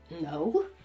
no